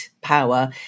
power